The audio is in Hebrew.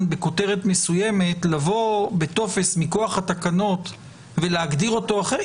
בכותרת מסוימת לבוא בטופס מכוח התקנות ולהגדיר אותו אחרת,